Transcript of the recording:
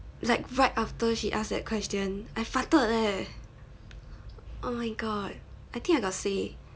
like right after she ask that question I farted leh oh my god I think I got say